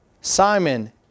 Simon